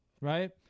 Right